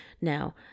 now